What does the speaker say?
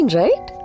right